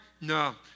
no